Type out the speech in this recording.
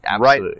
right